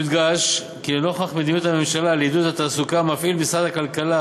יודגש כי לנוכח מדיניות הממשלה לעידוד התעסוקה מפעיל משרד הכלכלה